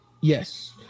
yes